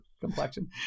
complexion